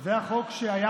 זה החוק שהפלנו ביום רביעי?